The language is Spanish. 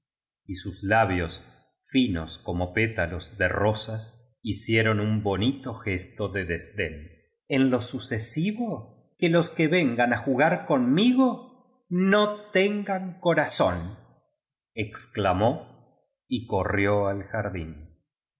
y sus labios finos como pétalos de rosas hicieron un bonito gesto de desdén en lo sucesivo que los que vengan á jugar conmigo no tengan corazónexclamó y corrió al jardín